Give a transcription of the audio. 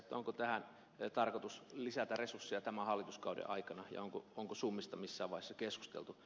onko tähän tarkoitus lisätä resursseja tämän hallituskauden aikana ja onko summista missään vaiheessa keskusteltu